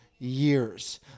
years